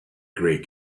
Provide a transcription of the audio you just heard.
great